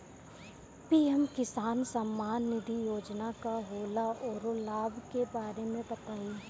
PM किसान सम्मान निधि योजना का होला औरो लाभ के बारे में बताई?